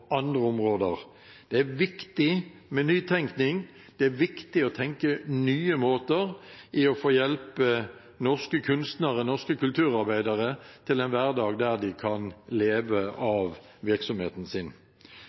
tenke nye måter å hjelpe norske kunstnere og norske kulturarbeidere til en hverdag der de kan leve av virksomheten sin.